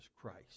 Christ